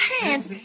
hands